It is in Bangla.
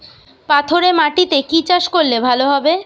পাথরে মাটিতে কি চাষ করলে ভালো হবে?